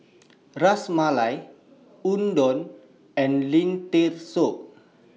Ras Malai Udon and Lentil Soup